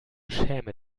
schäme